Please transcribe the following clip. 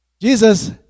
Jesus